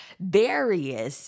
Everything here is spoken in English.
various